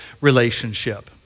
relationship